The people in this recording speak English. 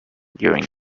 during